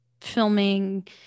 filming